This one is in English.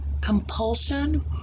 compulsion